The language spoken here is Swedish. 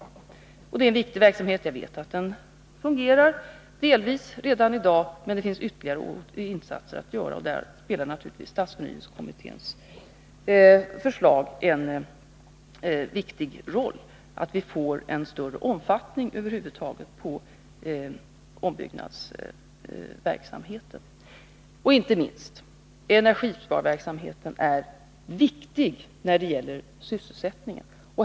Det är en viktig verksamhet. Jag vet att den fungerar delvis redan i dag, men det finns ytterligare insatser att göra, och där spelar naturligtvis stadsförnyelsekommitténs förslag en viktig roll — då de kan göra att vi får större omfattning på ombyggnadsverksamheten. Inte minst: Energisparverksamheten är viktig när det gäller sysselsättningen.